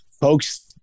folks